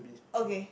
okay